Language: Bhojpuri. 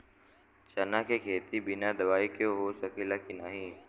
चना के खेती बिना दवाई के हो सकेला की नाही?